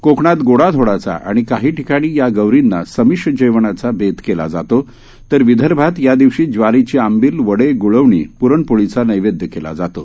कोकणात गोडा धोडाचा आणि काही ठिकाणी या गौरींना समिष जेवणाचा बेत केला जातो तर विदर्भात या दिवशी ज्वारीची आंबिल वडे गुळवणी प्रणपोळीचा नैवेदय केला जातो